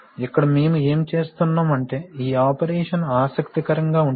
ఇక్కడ మేము ఏమి చేస్తున్నాం అంటే ఈ ఆపరేషన్ ఆసక్తికరంగా ఉంటుంది